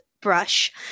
brush